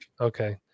Okay